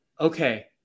Okay